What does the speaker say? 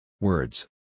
Words